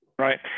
Right